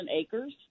acres